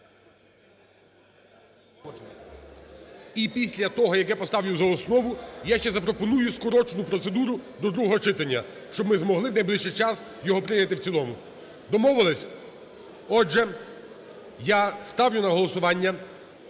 і після того, як я поставлю за основу, я ще запропоную скорочену процедуру до другого читання, щоб ми змогли в найближчий час його прийняти в цілому. Домовилися? Отже, я ставлю на голосування